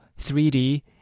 3D